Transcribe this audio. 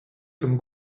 comme